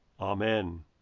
Amen